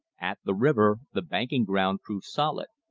at the river the banking ground proved solid.